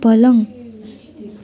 पलङ